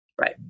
Right